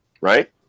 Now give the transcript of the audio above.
right